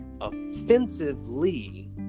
offensively